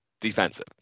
Defensive